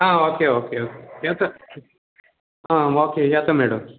आ okay okay okay येता आ okay येता मॅडम